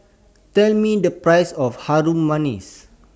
Tell Me The Price of Harum Manis